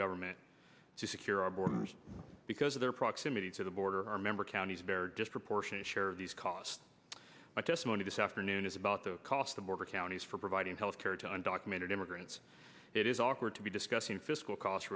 government to secure our borders because of their proximity to the border our member counties bear disproportionate share of these costs my testimony this afternoon is about the cost the border counties for providing health care to on documented immigrants it is awkward to be discussing fiscal cost